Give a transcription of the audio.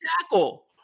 tackle